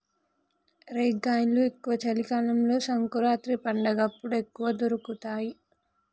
రేగ్గాయలు ఎక్కువ చలి కాలం సంకురాత్రి పండగప్పుడు ఎక్కువ దొరుకుతాయి